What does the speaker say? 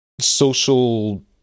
social